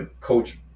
Coach